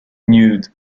nude